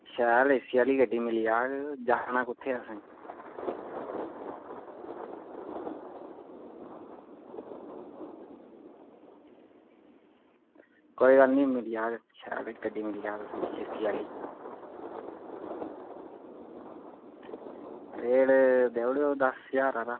शैल एसी आह्ली गड्डी मिली जाह्ग जाना कुत्थै तुसें कोई गल्ल निं मिली जाह्ग शैल गड्डी मिली जाह्ग तुसें ई एसी आह्ली रेट देई ओड़ेओ दस्स ज्हार हारा